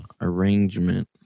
arrangement